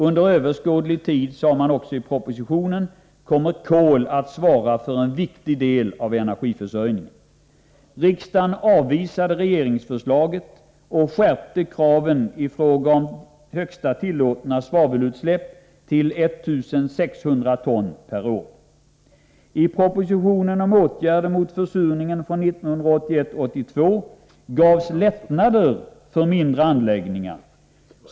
Under överskådlig tid, sades det i propositionen, kommer kol att svara för en viktig del av energiförsörjningen. Riksdagen avvisade regeringsförslaget och skärpte kraven. Högsta tillåtna svavelutsläpp sattes till 1 600 ton per år. I propositionen från 1981/82 om åtgärder mot försurningen gavs lättnader för mindre anläggningar.